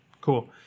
Cool